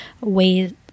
ways